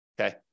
okay